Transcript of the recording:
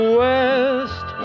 west